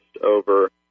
over